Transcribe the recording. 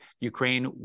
Ukraine